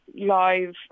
live